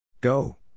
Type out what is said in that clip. Go